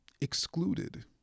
excluded